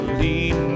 lead